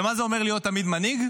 מה זה אומר להיות תמיד מנהיג?